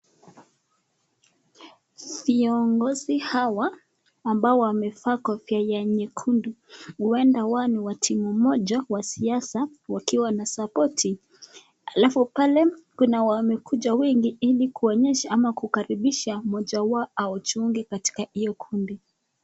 Viongozi hawa ambao wamevaa kofia ya nyekundu huenda hawa ni wa timu moja wa siasa, wakiwa wanasapoti. Alafu pale, kuna wamekuja wengi ili kuonyesha ama kukaribisha mmoja wao ajiunge katika hiyo kundi.